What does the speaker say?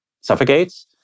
suffocates